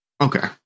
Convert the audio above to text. Okay